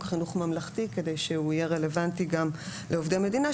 החינוך הממלכתי כדי שהוא יהיה רלוונטי גם לעובדי מדינה,